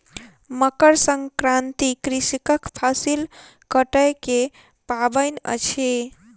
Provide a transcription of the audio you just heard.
मकर संक्रांति कृषकक फसिल कटै के पाबैन अछि